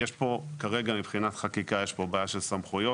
כרגע מבחינת חקיקה יש פה בעיה של סמכויות.